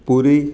Puri